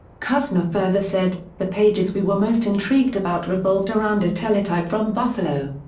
kuzma further said, the pages we were most intrigued about revolved around a teletype from buffalo.